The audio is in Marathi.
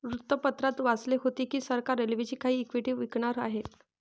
वृत्तपत्रात वाचले होते की सरकार रेल्वेची काही इक्विटी विकणार आहे